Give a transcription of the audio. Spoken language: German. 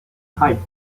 hei